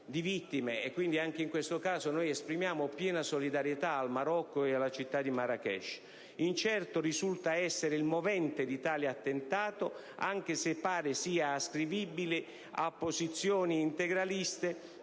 di vittime (e quindi anche in questo caso noi esprimiamo piena solidarietà al Marocco e alla città di Marrakech). Incerto risulta essere il movente di tale attentato, anche se pare sia ascrivibile a posizioni integraliste